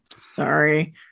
Sorry